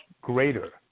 greater